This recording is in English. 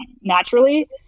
naturally